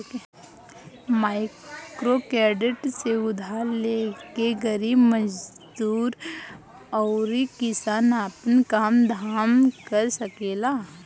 microcredit से उधार लेके गरीब मजदूर अउरी किसान आपन काम धाम कर सकेलन